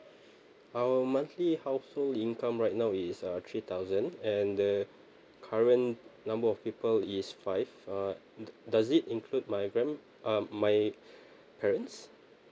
our monthly household income right now is uh three thousand and the current number of people is five uh does it include my gran~ uh my parents